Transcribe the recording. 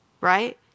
right